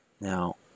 now